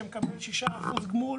שמקבל 6% גמול,